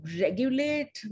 regulate